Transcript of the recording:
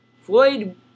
Floyd